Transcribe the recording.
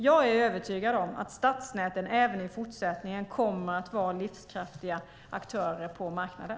Jag är övertygad om att stadsnäten även i fortsättningen kommer att vara livskraftiga aktörer på marknaden.